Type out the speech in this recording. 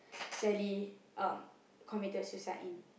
Sally uh committed suicide in